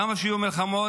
כמה שיהיו מלחמות,